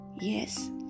Yes